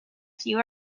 few